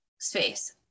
space